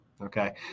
okay